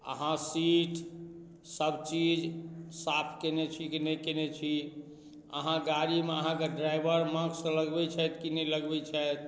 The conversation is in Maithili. अहाँ सीट सब चीज साफ कयने छी कि नहि कयने छी अहाँ गाड़ीमे अहाँके ड्राइवर मास्क लगबैत छथि कि नहि लगबैत छथि